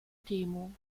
timu